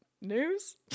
news